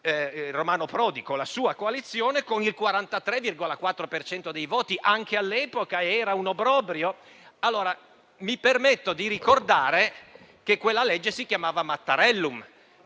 Romano Prodi, con la sua coalizione, con il 43,4 per cento dei voti. Anche all'epoca era un obbrobrio? Mi permetto di ricordare che quella legge si chiamava Mattarellum